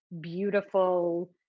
beautiful